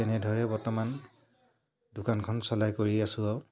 তেনেদৰে বৰ্তমান দোকানখন চলাই কৰি আছো আৰু